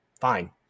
fine